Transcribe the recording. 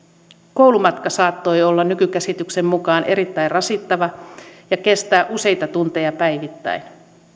koulumatka saattoi olla nykykäsityksen mukaan erittäin rasittava ja kestää useita tunteja päivittäin